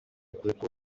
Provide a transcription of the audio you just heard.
kuko